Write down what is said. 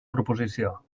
proposició